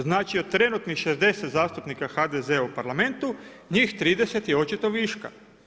Znači od trenutnih 60 zastupnika HDZ-a u Parlamentu njih 30 je očito viška.